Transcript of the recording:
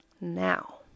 Now